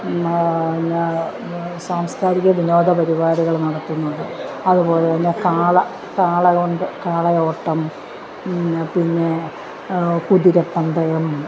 സാംസ്കാരിക വിനോദപരിപാടികൾ നടത്തുന്നത് അതുപോലെ തന്നെ കാള കാളകൊണ്ട് കാളയോട്ടം പിന്നെ കുതിരപ്പന്തം